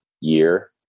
year